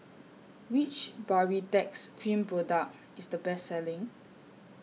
Which Baritex Cream Product IS The Best Selling